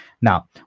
Now